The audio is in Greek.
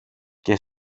και